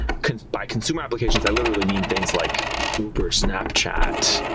by consumer applications, i literally mean things like uber, snapchat,